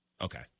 Okay